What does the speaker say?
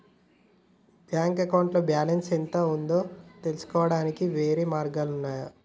bank అకౌంట్లో balance ఎంత ఉందో తెలుసుకోవడానికి వేర్వేరు మార్గాలు ఉన్నయి